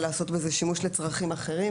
לעשות בזה שימוש לצרכים אחרים,